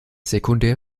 sekundär